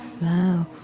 Wow